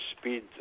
speed